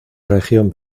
región